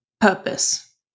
purpose